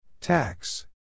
Tax